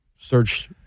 Search